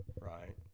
right